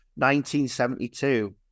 1972